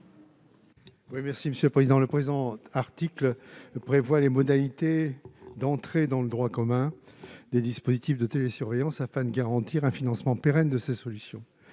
M. Alain Milon. Le présent article prévoit les modalités d'entrée dans le droit commun des dispositifs de télésurveillance afin de garantir un financement pérenne de ces solutions.